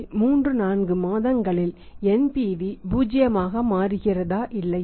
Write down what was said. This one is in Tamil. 34 மாதங்களில் NPV 0 ஆக மாறுகிறதா இல்லையா